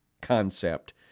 concept